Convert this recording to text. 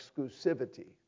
exclusivity